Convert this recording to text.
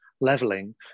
Leveling